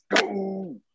go